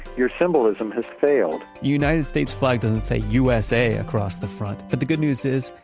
your symbolism has failed united states flag doesn't say usa across the front. but the good news is,